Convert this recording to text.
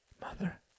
Mother